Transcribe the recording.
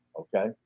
Okay